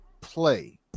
play